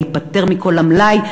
להיפטר מכל המלאי,